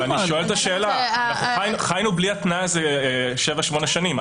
אנחנו חיינו בלי התנאי הזה שבע, שמונה שנים.